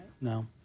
No